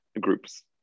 groups